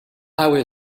highway